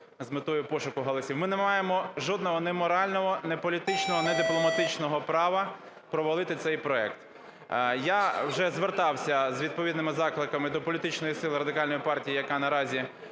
з метою пошуку голосів. Ми не маємо жодного ні морального, ні політичного, ні дипломатичного права провалити цей проект. Я вже звертався з відповідними закликами до політичної сили Радикальної партії, яка наразі